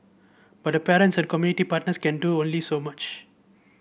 but the parents and community partners can do only so much